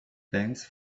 thanks